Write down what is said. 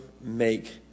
make